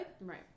right